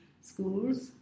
schools